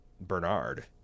Bernard